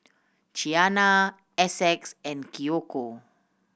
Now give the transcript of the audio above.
Qiana Essex and Kiyoko